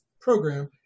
program